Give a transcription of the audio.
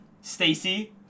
stacy